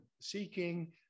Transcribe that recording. seeking